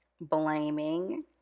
blaming